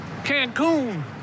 Cancun